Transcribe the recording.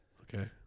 okay